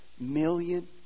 million